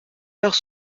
heure